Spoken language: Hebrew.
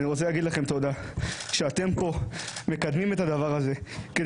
אני רוצה להגיד לכם תודה שאתם פה מקדמים את הדבר הזה כדי